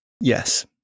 Yes